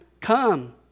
Come